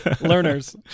learners